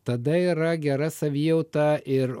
tada yra gera savijauta ir